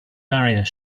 barrier